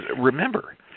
remember